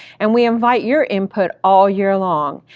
and we invite your input all year long.